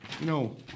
No